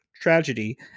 Tragedy